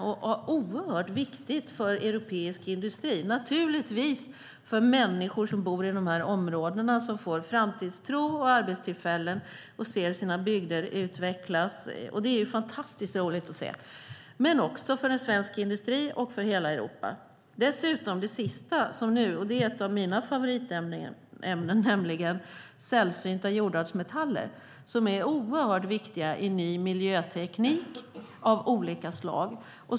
Det är oerhört viktigt för europeisk industri och naturligtvis för människor som bor i de här områdena. De får framtidstro och arbetstillfällen och ser sina bygder utvecklas. Det är fantastiskt roligt att se. Det är också viktigt för svensk industri och för hela Europa. Ett av mina favoritämnen är sällsynta jordartsmetaller. De är oerhört viktiga i ny miljöteknik av olika slag.